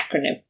acronym